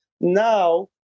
now